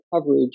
coverage